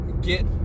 get